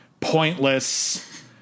pointless